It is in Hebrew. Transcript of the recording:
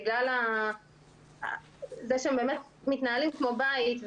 בגלל שהם מתנהלים כמו בית,